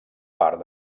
part